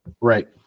Right